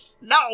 No